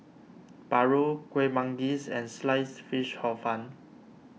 Paru Kueh Manggis and Sliced Fish Hor Fun